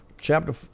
Chapter